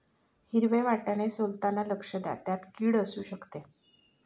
हिरवे वाटाणे सोलताना लक्ष द्या, त्यात किड असु शकते